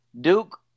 Duke